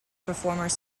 performers